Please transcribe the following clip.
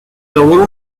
labor